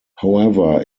however